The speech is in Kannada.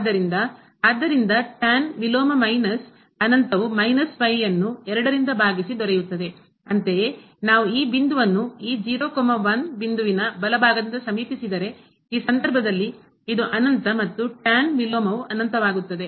ಆದ್ದರಿಂದ ಆದ್ದರಿಂದ ವಿಲೋಮ ಮೈನಸ್ ಅನಂತವು ಮೈನಸ್ ಪೈ ಅನ್ನು ರಿಂದ ಭಾಗಿಸಿ ದೊರೆಯುತ್ತದೆ ಅಂತೆಯೇ ನಾವು ಈ ಬಿಂದುವನ್ನು ಈ ಬಿಂದುವಿನ ಬಲಭಾಗದಿಂದ ಸಮೀಪಿಸಿದರೆ ಈ ಸಂದರ್ಭದಲ್ಲಿ ಇದು ಅನಂತ ಮತ್ತು tan ವಿಲೋಮವು ಅನಂತವಾಗುತ್ತದೆ